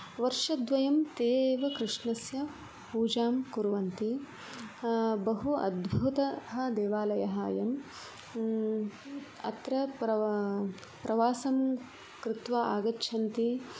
वर्षद्वयं ते एव कृष्णस्य पूजां कुर्वन्ति बहु अद्भूतः देवालयः अयं अत्र प्र प्रावासं कृत्वा आगच्छन्ति